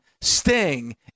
Sting